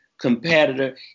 Competitor